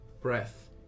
breath